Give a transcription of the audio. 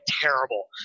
terrible